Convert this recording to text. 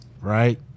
right